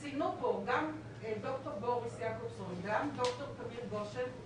ציינו פה גם ד"ר בוריס יעקובסון, גם ד"ר תמיר גשן,